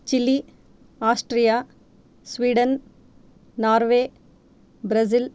chilli Austria Sweden Norway Brazil